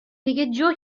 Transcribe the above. دیگه